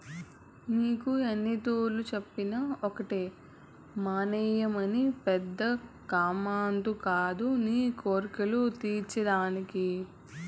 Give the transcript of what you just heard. నీకు ఎన్నితూర్లు చెప్పినా ఒకటే మానాయనేమి పెద్ద కామందు కాదు నీ కోర్కెలు తీర్చే దానికి